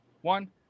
one